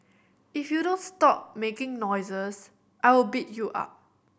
if you don't stop making noises I will beat you up